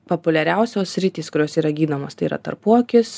populiariausios sritys kurios yra gydomos tai yra tarpuakis